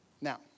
Now